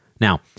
Now